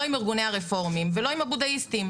לא עם ארגוני הרפורמים ולא עם הבודהיסטים,